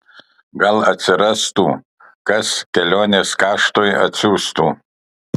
gal atsirastų kas kelionės kaštui atsiųstų